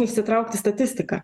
išsitraukti statistiką